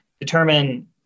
determine